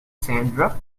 sandra